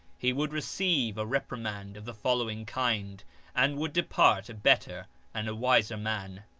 he would receive a reprimand of the following kind and would depart a better and a wiser man.